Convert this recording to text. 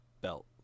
belt